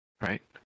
Right